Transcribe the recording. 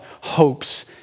hopes